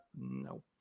no